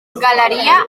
galeria